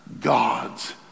God's